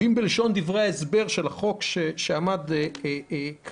בלשון דברי ההסבר של החוק שעמד כאן,